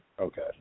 Okay